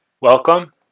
welcome